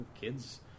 kids